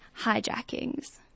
hijackings